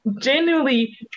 genuinely